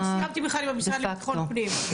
עוד לא סיימתי עם המשרד לביטחון פנים.